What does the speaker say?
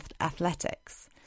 athletics